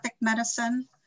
medicine